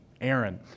Aaron